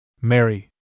Mary